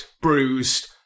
bruised